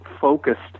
focused